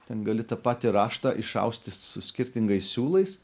ten gali tą patį raštą išausti su skirtingais siūlais